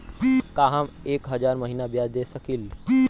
का हम एक हज़ार महीना ब्याज दे सकील?